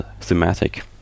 thematic